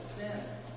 sins